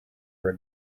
they